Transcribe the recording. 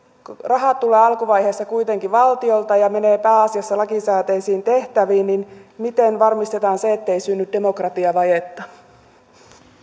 raha tulee alkuvaiheessa kuitenkin valtiolta ja menee pääasiassa lakisääteisiin tehtäviin niin miten varmistetaan se ettei synny demokratiavajetta